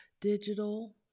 digital